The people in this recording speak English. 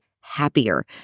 happier